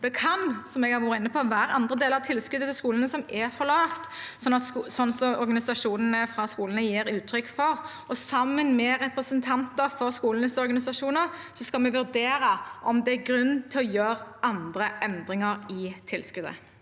Det kan, som jeg har vært inne på, være andre deler av tilskuddet til skolene som er for lavt, noe organisasjonene for skolene gir uttrykk for. Sammen med representanter for skolenes organisasjoner skal vi vurdere om det er grunn til å gjøre andre endringer i tilskuddet.